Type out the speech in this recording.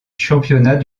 championnat